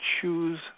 choose